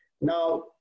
Now